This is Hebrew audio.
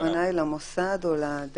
הכוונה היא למוסד או לאדם?